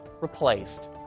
replaced